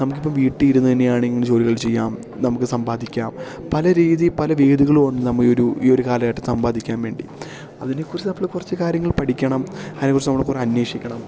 നമുക്കിപ്പം വീട്ടിൽ ഇരുന്ന് തന്നെയാണെങ്കിൽ ജോലികൾ ചെയ്യാം നമുക്ക് സമ്പാദിക്കാം പല രീതിയിൽ പല വേദികളും നമ്മൾ ഈ ഒരു ഈ ഒരു കാലഘട്ടം സമ്പാദിക്കാൻ വേണ്ടി അതിനെക്കുറിച്ച് നമ്മൾ കുറച്ച് കാര്യങ്ങൾ പഠിക്കണം അതിനെക്കുറിച്ച് നമ്മൾ കുറെ അന്വേഷിക്കണം